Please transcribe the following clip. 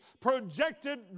projected